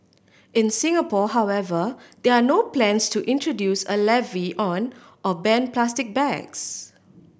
in Singapore however there are no plans to introduce a levy on or ban plastic bags